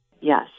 Yes